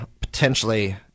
potentially